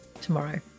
tomorrow